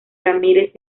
ramírez